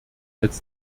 als